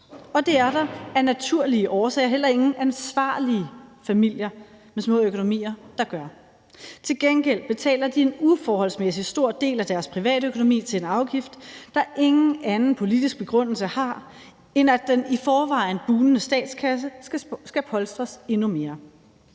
og det er der af naturlige årsager heller ingen ansvarlige familier med små økonomier der gør. Til gengæld bruger de en uforholdsmæssig stor del af deres privatøkonomi på en afgift, der ingen anden politisk begrundelse har, end at den i forvejen bugnende statskasse skal polstres endnu mere.